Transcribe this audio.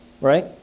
right